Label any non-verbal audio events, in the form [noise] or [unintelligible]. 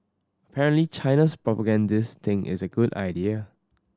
[unintelligible] China's propagandist think it's a good idea